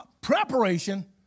preparation